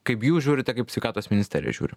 kaip jūs žiūrite kaip sveikatos ministerija žiūri